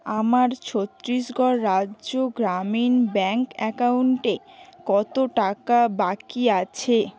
আমার ছত্তিশগড় রাজ্য গ্রামীণ ব্যাঙ্ক অ্যাকাউন্টে কত টাকা বাকি আছে